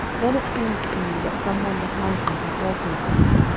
then it seemed to me that some one behind me had also sighed,